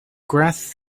graph